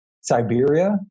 Siberia